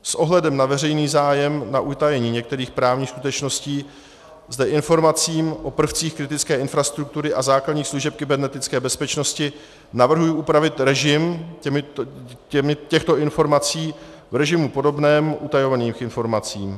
S ohledem na veřejný zájem na utajení některých právních skutečností zde k informacím o prvcích kritické infrastruktury a základních služeb kybernetické bezpečnosti navrhuji upravit režim těchto informací v režimu podobnému u utajovaných informací.